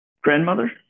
grandmother